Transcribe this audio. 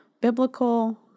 biblical